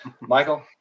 michael